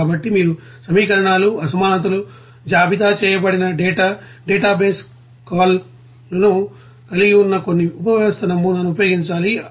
కాబట్టి మీరు సమీకరణాలు అసమానతలు జాబితా చేయబడిన డేటా డేటాబేస్ కాల్లను కలిగి ఉన్న కొన్ని ఉపవ్యవస్థ నమూనాను ఉపయోగించాలి